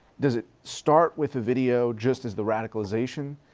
does it start with the video, just as the radicalization,